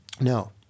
No